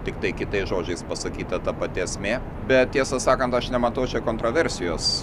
tiktai kitais žodžiais pasakyta ta pati esmė bet tiesą sakant aš nematau čia kontroversijos